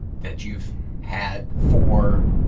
that you've had for,